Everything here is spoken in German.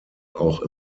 auch